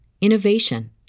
innovation